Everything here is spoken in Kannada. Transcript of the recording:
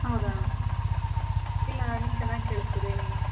ಹೌದಾ ಇಲ್ಲ ನನಗೆ ಚೆನ್ನಾಗ್ ಕೇಳಿಸ್ತಿದೆ ಹೇಳಿ ಮೇಡಮ್